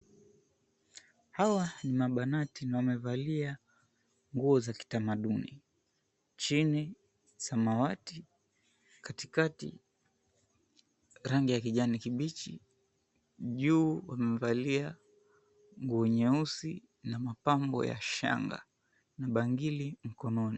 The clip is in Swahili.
Hawa ni mabanati na wamevalia nguo za kitamaduni. Chini, samawati, katikati rangi ya kijani kibichi. Juu, wamevalia nguo nyeusi na mapambo ya shanga na mabangili mikononi.